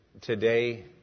today